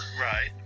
Right